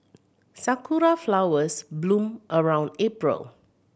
sakura flowers bloom around April